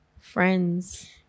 friends